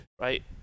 right